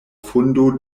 fundo